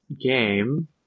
game